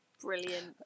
Brilliant